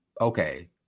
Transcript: okay